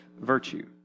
virtue